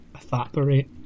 evaporate